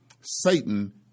Satan